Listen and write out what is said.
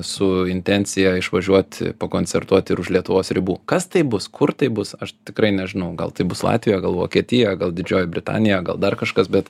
su intencija išvažiuot pakoncertuot ir už lietuvos ribų kas tai bus kur tai bus aš tikrai nežinau gal tai bus latvija o gal vokietija gal didžioji britanija gal dar kažkas bet